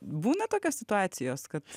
būna tokios situacijos kad